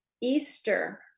Easter